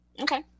Okay